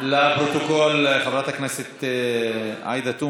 הרווחה והבריאות נתקבלה.